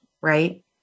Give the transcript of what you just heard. right